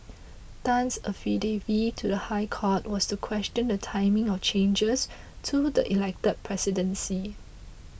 Tan's affidavit to the High Court was to question the timing of changes to the elected presidency